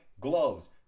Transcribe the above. gloves